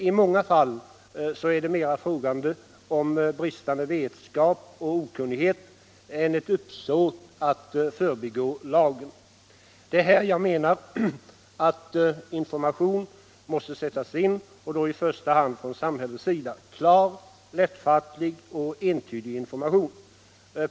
I många fall är det mera fråga om bristande vetskap och okunnighet än om ett uppsåt att förbigå lagen. Det är här jag menar att information måste sättas in och då i första hand från samhällets sida. Klar, lättfattlig och entydig information behövs.